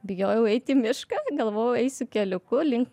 bijojau eit į mišką galvojau eisiu keliuku link